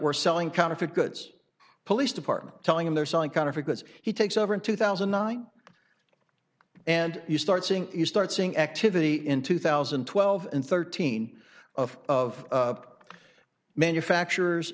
were selling counterfeit goods police department telling them they're selling counterfeit goods he takes over in two thousand and nine and you start seeing you start seeing activity in two thousand and twelve and thirteen of of manufacturers